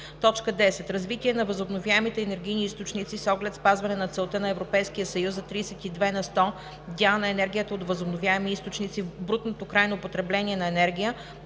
и 11: „10. развитие на възобновяемите енергийни източници с оглед спазване на целта на Европейския съюз за 32 на сто дял на енергията от възобновяеми източници в брутното крайно потребление на енергия,